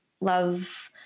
love